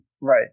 Right